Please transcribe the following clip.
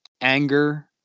anger